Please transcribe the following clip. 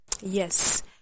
Yes